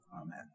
Amen